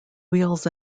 wheels